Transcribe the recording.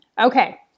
Okay